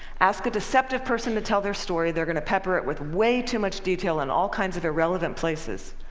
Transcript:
ask a deceptive person to tell their story, they're going to pepper it with way too much detail in all kinds of irrelevant places.